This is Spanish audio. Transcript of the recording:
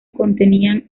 contenían